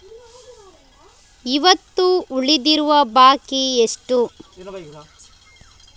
ಇವತ್ತು ಉಳಿದಿರುವ ಬಾಕಿ ಎಷ್ಟು?